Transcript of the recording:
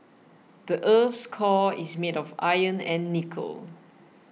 the earth's core is made of iron and nickel